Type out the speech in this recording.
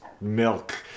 milk